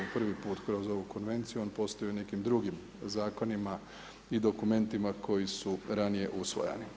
Prvi put kroz našu konvenciju on postoji u nekim drugim zakonima i dokumentima koji su ranije usvajani.